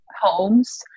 homes